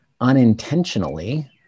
unintentionally